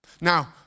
Now